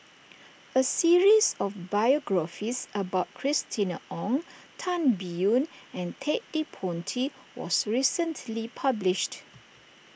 a series of biographies about Christina Ong Tan Biyun and Ted De Ponti was recently published